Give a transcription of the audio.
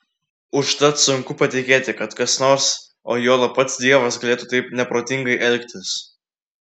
užtat sunku patikėti kad kas nors o juolab pats dievas galėtų taip neprotingai elgtis